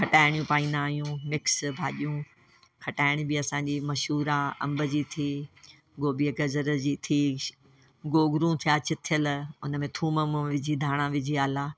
खटाइणियूं पाईंदा आहियूं मिक्स भाॼियूं खटाइण बि असांजी मशहूरु आहे अम्ब जी थी गोभीअ गजर जी थी गोगुरूं थिया चिथियल उनमें थूम वूम विझी धाणा विझी आला